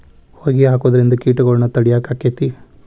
ಹೊಗಿ ಹಾಕುದ್ರಿಂದ ಕೇಟಗೊಳ್ನ ತಡಿಯಾಕ ಆಕ್ಕೆತಿ?